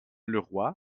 leroy